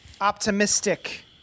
optimistic